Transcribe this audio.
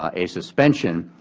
um a suspension,